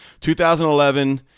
2011